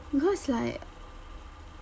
because like